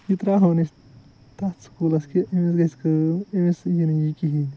یہِ تراہون أسۍ تتھ سکولَس کہ امس گَژھِ کٲم امس یی نہٕ یہِ کِہیٖنۍ